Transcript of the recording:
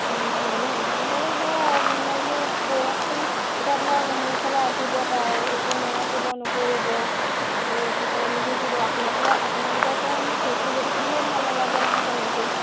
অঁ হয়নে মই বাৰু সেয়াই মই বোলো কওঁচোন এতিয়া ধৰক মোৰ ওচৰলৈ আহিব তাই একো নেআঁকিব নকৰিব আকৌ কি কয় নিশিকিব আপোনালোকৰ পৰা মোৰ ফিজটো লৈ থাকিবলৈও ভাল নালাগে নহয় তেনেকৈ